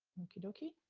okie-dokie.